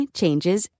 changes